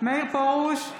מאיר פרוש,